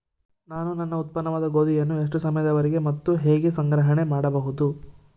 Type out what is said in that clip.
ನಾನು ನನ್ನ ಉತ್ಪನ್ನವಾದ ಗೋಧಿಯನ್ನು ಎಷ್ಟು ಸಮಯದವರೆಗೆ ಮತ್ತು ಹೇಗೆ ಸಂಗ್ರಹಣೆ ಮಾಡಬಹುದು?